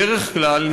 בדרך כלל,